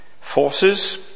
forces